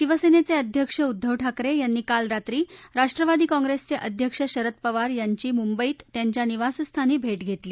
शिवसेनेचे अध्यक्ष उद्घव ठाकरे यांनी काल रात्री राष्ट्रवादी काँप्रेसचे अध्यक्ष शरद पवार यांची मुंबईत त्यांच्या निवासस्थानी भेट घेतली